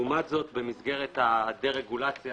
לעומת זאת, במסגרת הדה-רגולציה